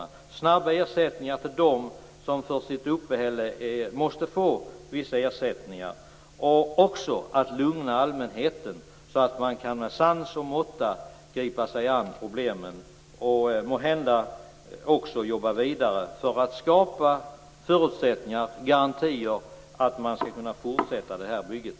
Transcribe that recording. Det gäller att ge snabba ersättningar till dem som för sitt uppehälle måste få vissa ersättningar. Det gäller också att lugna allmänheten så att man med sans och måtta kan gripa sig an problemen och måhända också jobba vidare för att skapa förutsättningar och garantier för att kunna fortsätta bygget.